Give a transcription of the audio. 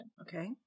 Okay